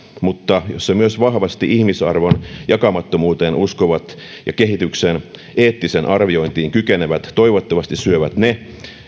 mutta jossa myös vahvasti ihmisarvon jakamattomuuteen uskovat ja kehityksen eettiseen arviointiin kykenevät toivottavasti syövät ne